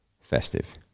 festive